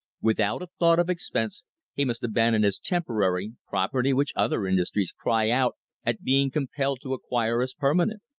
without a thought of expense he must abandon as temporary, property which other industries cry out at being compelled to acquire as permanent.